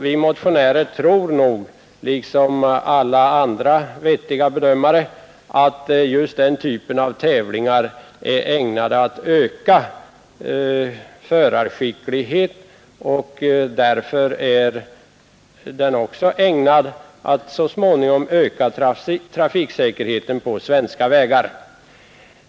Vi motionärer tror liksom alla andra vettiga bedömare att just den typen av tävlingar i stället är ägnad att öka förarskickligheten och därför också är ägnad att så småningom öka trafiksäkerheten på svenska vägar.